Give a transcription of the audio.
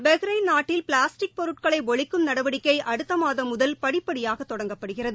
Bahrain நாட்டில் plastic பொருட்களை ஒழிக்கும் நடவடிக்கை அடுத்தமாதம் முதல் படிப்படியாக தொடங்கப்படுகிறது